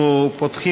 נעבור